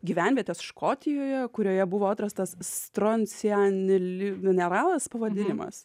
gyvenvietės škotijoje kurioje buvo atrastas stroncianili mineralas pavadinimas